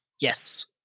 Yes